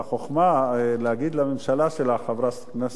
החוכמה להגיד לממשלה שלך, חברת הכנסת רגב,